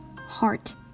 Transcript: heart